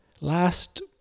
last